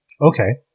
Okay